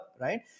right